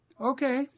okay